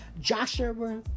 Joshua